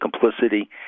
complicity